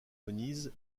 venise